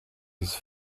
his